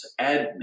admin